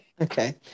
Okay